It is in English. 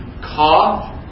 cough